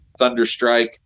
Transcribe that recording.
Thunderstrike